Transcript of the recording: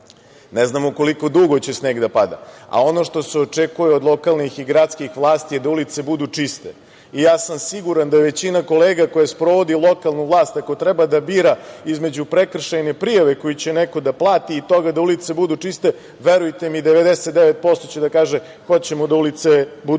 Ne znamo koliko dugo će sneg da pada, a ono što se očekuje od lokalnih i gradskih vlasti je da ulice budu čiste. Ja sam siguran da je većina kolega koja sprovodi lokalnu vlast ako treba da bira između prekršajne prijave koju će neko da plati i toga da ulice budu čiste, verujte mi, 99% će da kaže – hoćemo da ulice budu čiste. Isto